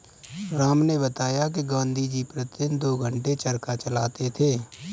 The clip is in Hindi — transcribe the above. राम ने बताया कि गांधी जी प्रतिदिन दो घंटे चरखा चलाते थे